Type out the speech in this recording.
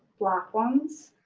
black ones.